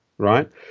Right